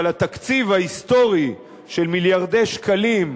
אבל התקציב ההיסטורי של מיליארדי שקלים,